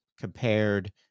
compared